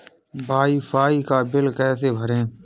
Wi fi का बिल कैसे भरें?